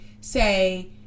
say